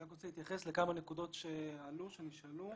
אני רק רוצה להתייחס לכמה נקודות שעלו, שנשאלו.